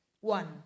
One